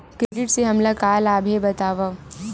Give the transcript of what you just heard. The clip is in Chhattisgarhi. क्रेडिट से हमला का लाभ हे बतावव?